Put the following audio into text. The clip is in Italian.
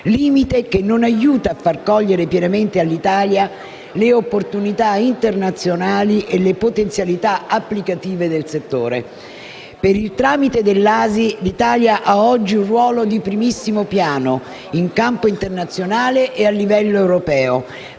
limite che non aiuta a far cogliere pienamente all'Italia le opportunità internazionali e le potenzialità applicative del settore. Per il tramite dell'ASI, l'Italia ha oggi un ruolo di primissimo piano, in campo internazionale e a livello europeo,